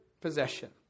possession